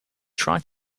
try